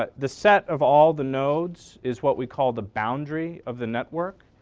ah the set of all the nodes is what we call the boundary of the network.